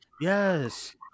Yes